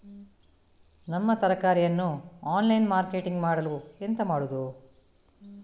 ನಮ್ಮ ತರಕಾರಿಯನ್ನು online marketing ಮಾಡಲು ಎಂತ ಮಾಡುದು?